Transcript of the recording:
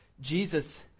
Jesus